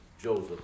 Joseph